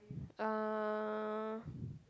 uh